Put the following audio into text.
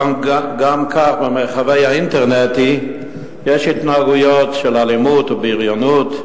כך גם במרחב האינטרנטי יש התנהגויות אלימות ובריונות.